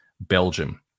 Belgium